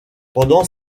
pendant